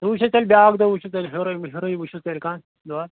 ژٕ وُچھ حظ تیٚلہِ بیٛاکھ دۄہ وُچھِو تیٚلہِ ہیٚورُے ہیٚورُے وُچھِو تیٚلہِ کانٛہہ دۄہا